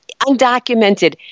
undocumented